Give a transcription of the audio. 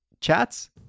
chats